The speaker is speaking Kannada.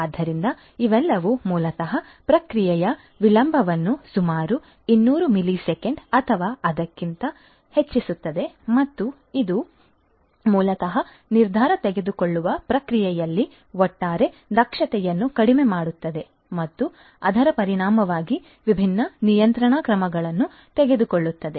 ಆದ್ದರಿಂದ ಇವೆಲ್ಲವೂ ಮೂಲತಃ ಪ್ರಕ್ರಿಯೆಯ ವಿಳಂಬವನ್ನು ಸುಮಾರು 200 ಮಿಲಿಸೆಕೆಂಡ್ ಅಥವಾ ಅದಕ್ಕಿಂತ ಹೆಚ್ಚಿನದನ್ನು ಹೆಚ್ಚಿಸುತ್ತದೆ ಮತ್ತು ಇದು ಮೂಲತಃ ನಿರ್ಧಾರ ತೆಗೆದುಕೊಳ್ಳುವ ಪ್ರಕ್ರಿಯೆಯಲ್ಲಿ ಒಟ್ಟಾರೆ ದಕ್ಷತೆಯನ್ನು ಕಡಿಮೆ ಮಾಡುತ್ತದೆ ಮತ್ತು ಅದರ ಪರಿಣಾಮವಾಗಿ ವಿಭಿನ್ನ ನಿಯಂತ್ರಣ ಕ್ರಮಗಳನ್ನು ತೆಗೆದುಕೊಳ್ಳುತ್ತದೆ